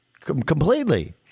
completely